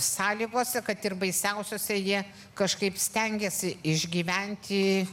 sąlygose kad ir baisiausiose jie kažkaip stengiasi išgyventi